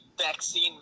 vaccine